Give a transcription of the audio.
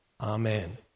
Amen